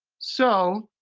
so